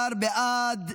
12 בעד,